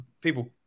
people